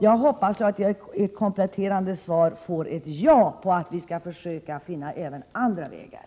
Jag hoppas att jag i ett kompletterande svar får ett ja från statsrådet när det gäller mitt förslag att vi skall försöka finna även andra vägar.